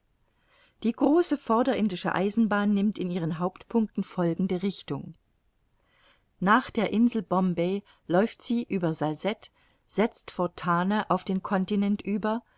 die große vorderindische eisenbahn nimmt in ihren hauptpunkten folgende richtung nach der insel bombay läuft sie über salsette setzt vor tannah auf den continent über